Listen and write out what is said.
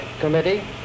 Committee